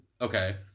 Okay